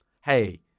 hey